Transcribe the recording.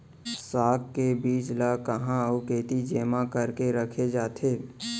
साग के बीज ला कहाँ अऊ केती जेमा करके रखे जाथे?